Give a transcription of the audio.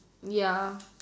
ya